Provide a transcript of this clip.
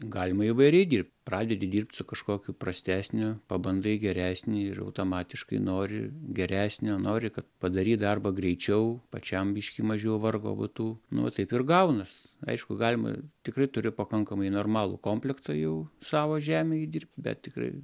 galima įvairiai dirbt pradedi dirbt su kažkokiu prastesniu pabandai geresnį ir automatiškai nori geresnio nori kad padaryt darbą greičiau pačiam biškį mažiau vargo būtų nu va taip ir gaunas aišku galima tikrai turiu pakankamai normalų komplektą jau savo žemei dirbt bet tikrai